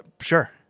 Sure